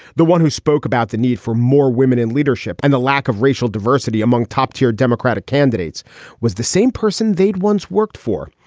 the one who spoke about the need for more women in leadership and the lack of racial diversity among top tier democratic candidates was the same person they'd once worked for.